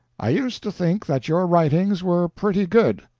i used to think that your writings were pretty good,